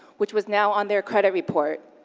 which was now on their credit report.